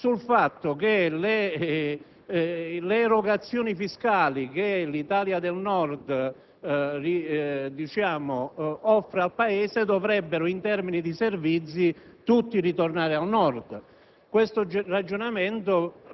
dal senatore Castelli in merito al fatto che le erogazioni fiscali che l'Italia del Nord offre al Paese dovrebbero, in termini di servizi, ritornare per